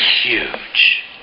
huge